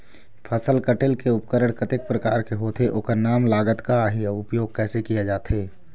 फसल कटेल के उपकरण कतेक प्रकार के होथे ओकर नाम लागत का आही अउ उपयोग कैसे किया जाथे?